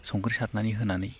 संख्रि सारनानै होनानै